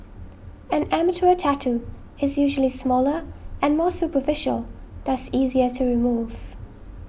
an amateur tattoo is usually smaller and more superficial thus easier to remove